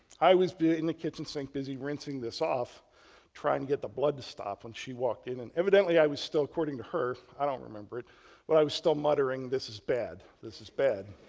i was in the kitchen sink busy rinsing this off trying to get the blood to stop when she walked in and evidently i was still according to her, i don't remember, while but i was still muttering, this is bad. this is bad.